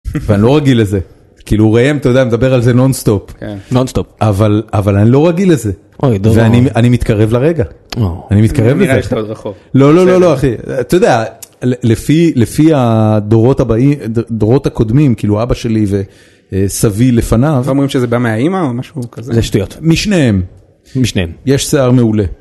ואני לא רגיל לזה, כאילו ראם, אתה יודע, מדבר על זה נונסטופ, אבל אני לא רגיל לזה, ואני מתקרב לרגע, אני מתקרב לזה, לפי הדורות הקודמים, כאילו אבא שלי וסבי לפניו, אמורים שזה בא מהאימא או משהו כזה, משניהם, יש שיער מעולה.